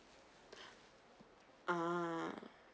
ah